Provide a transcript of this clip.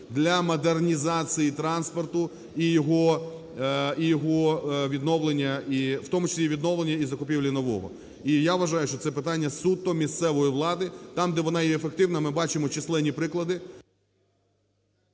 для модернізації транспорту і його відновлення, в тому числі і відновлення і закупівлі нового. І я вважаю, що це питання суто місцевої влади. Там, де вона є ефективна, ми бачимо численні приклади…